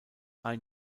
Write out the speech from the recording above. ein